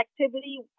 activity